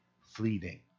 fleeting